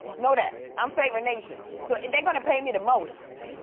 know that, i'm favor nation. so they gonna pay me the most.